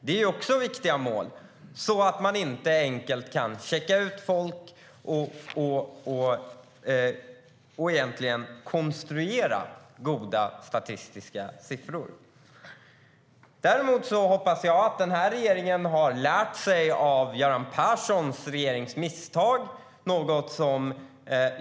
Det är också viktiga mål, så att man inte enkelt kan checka ut folk och egentligen konstruera goda statistiska siffror. Däremot hoppas jag att den här regeringen har lärt sig av Göran Perssons regerings misstag.